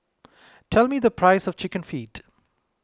tell me the price of Chicken Feet